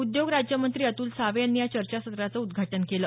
उद्योग राज्यमंत्री अतुल सावे यांनी या चर्चासत्राचं उद्घाटन केलं